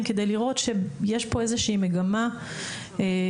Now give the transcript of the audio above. - כדי לראות שיש כאן איזושהי מגמה של